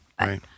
Right